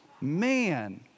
Man